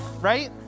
right